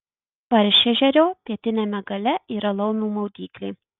paršežerio pietiniame gale yra laumių maudyklė